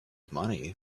money